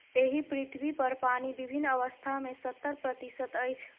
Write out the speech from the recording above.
एहि पृथ्वीपर पानि विभिन्न अवस्था मे सत्तर प्रतिशत अछि